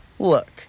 Look